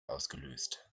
ausgelöst